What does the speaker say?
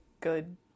good